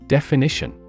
Definition